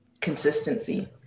consistency